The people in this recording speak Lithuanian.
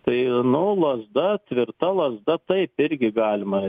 tai nu lazda tvirta lazda taip irgi galima